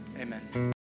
Amen